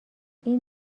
این